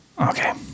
Okay